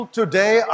today